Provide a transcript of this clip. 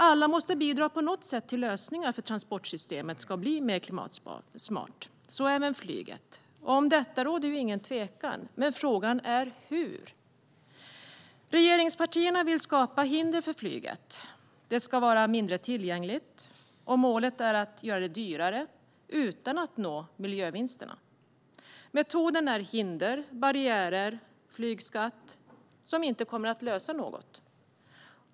Alla måste på något sätt bidra till lösningar för att transportsystemet ska bli mer klimatsmart, så även flyget. Om detta råder det ingen tvekan. Men frågan är hur. Regeringspartierna vill skapa hinder för flyget. Det ska vara mindre tillgängligt, och målet är att göra det dyrare utan att nå miljövinsterna. Metoden är hinder och barriärer - en flygskatt - som inte kommer att lösa något.